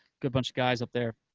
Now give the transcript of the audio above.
good bunch of guys up there,